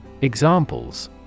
Examples